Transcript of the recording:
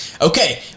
Okay